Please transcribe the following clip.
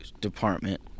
Department